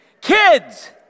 kids